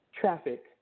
traffic